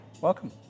Welcome